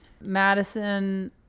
Madison